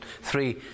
three